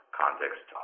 context